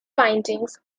findings